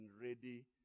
ready